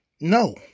No